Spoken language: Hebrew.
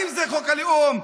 האם זה חוק הלאום?